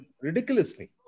ridiculously